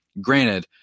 Granted